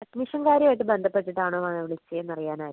admission കാര്യവുമായിട്ട് ബന്ധപ്പെട്ടിട്ടാണോ ma'am വിളിച്ചതെന്ന് അറിയാനായിരുന്നു